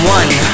one